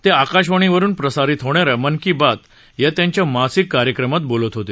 ते आकाशवाणीवरून प्रसारित होणाऱ्या मन की बात या त्यांच्या मासिक कार्यक्रमात बोलत होते